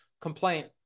complaint